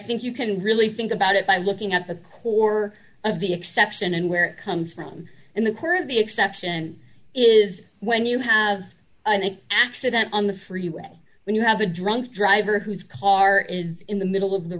think you can really think about it by looking at the core of the exception and where it comes from and the core of the exception is when you have an accident on the freeway when you have a drunk driver whose car is in the middle of the